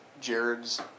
Jared's